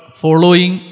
following